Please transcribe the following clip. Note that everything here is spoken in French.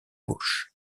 gauche